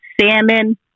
salmon